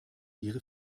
ihre